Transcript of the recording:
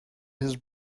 his